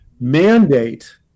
mandate